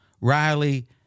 Riley